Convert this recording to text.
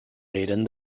eren